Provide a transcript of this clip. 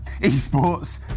esports